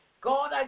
God